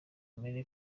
mpere